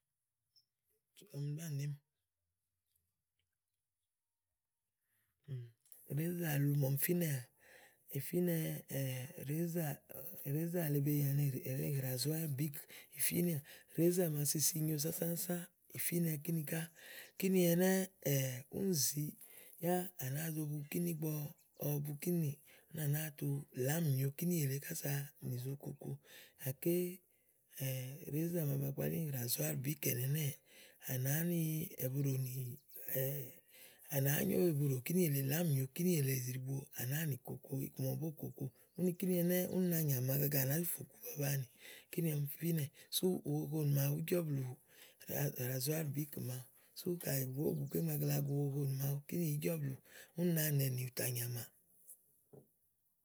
ɔmi bá nɔ̀ɔémì rèézà lu màa ɔmi fínɛ̀ ìfínɛ rèézà rèézà le màa bàa yá ni ràzúár bìík ì fínɛà rèézà le màa sisi nyo sãsã sã, ì fínɛ kíni ká. kíni ɛnɛ́ úni zìi yá à nàáa zo bu kínì ígbɔ ɔwɔ bu kínì úni à nàáa tu làámù nyo kinì èle kása nì zo koko gàké rèézà màa ba kpalí ni rà zúár bìík nɛnɛ́ɛ à nàáá ni ɛ̀buɖò nì à nàáá nyó ɛ̀buɖò kínì èle, làámù nyo kínì èleè, à náa nì koko iku màa ɔwɔ bóò koko. úni kíni ɛnɛ́ úni na nyàmà agaga à nàá zifò gu ki babanì kíni ɔmi fínɛ̀ sú uhoho ní màaɖu ùú jɔ blù ràzúár bìík màaɖu sú kaɖi bì bóò gu kéem gagla gu uhohonì màaɖu kínì ìí jɔ blù úni na nɛ̀ ènì kínì tá nyàmàà.